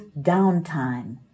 downtime